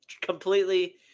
completely